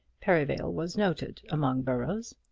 perivale was noted among boroughs.